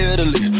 Italy